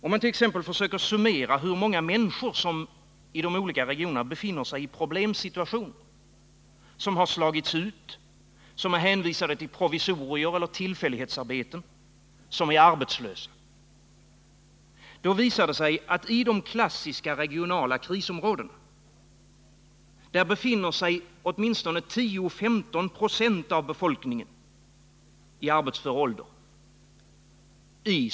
Om man t.ex. försöker summera hur många människor som i de olika regionerna befinner sig i problemsituationer — som har slagits ut, som är hänvisade till provisorier eller tillfällighetsarbeten eller som är arbetslösa — visar det sig att det i de klassiska regionala krisområdena rör sig om 10-15 960 av befolkningen i arbetsför ålder.